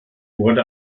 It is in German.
wurde